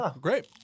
great